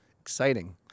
exciting